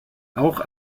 auch